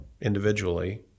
individually